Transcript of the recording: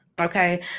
Okay